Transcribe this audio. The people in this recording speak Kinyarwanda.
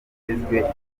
y’ubutabera